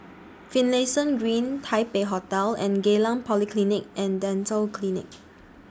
Finlayson Green Taipei Hotel and Geylang Polyclinic and Dental Clinic